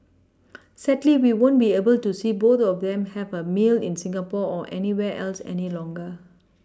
sadly we won't be able to see both of them have a meal in Singapore or anywhere else any longer